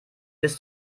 bis